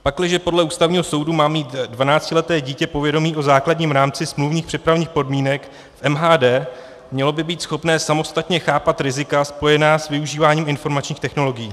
Pakliže podle Ústavního soudu má mít 12leté dítě povědomí o základním rámci smluvních přepravních podmínek MHD, mělo by být schopné samostatně chápat rizika spojená s využíváním informačních technologií.